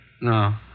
No